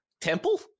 temple